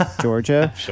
Georgia